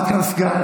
הממשלה.